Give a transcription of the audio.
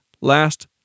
last